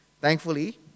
Thankfully